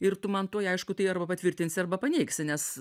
ir tu man tuoj aišku tai arba patvirtinsi arba paneigsi nes